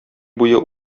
буе